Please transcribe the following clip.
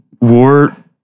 War